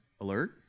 alert